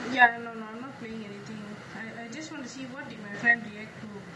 ya no no I not playing anything I I just want to see what did my friend react to